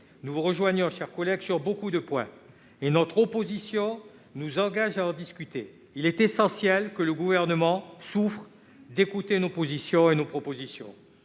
nous vous rejoignons, mon cher collègue, sur bien des points, mais notre opposition nous engage à en discuter. Il est essentiel que le Gouvernement écoute nos positions et nos propositions.